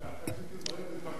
קיבלו את זה כאן,